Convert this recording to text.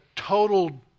total